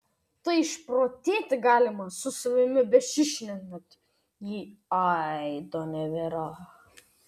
tai ir išprotėti galima su savimi besišnekant jei aido nėra